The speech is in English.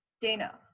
Dana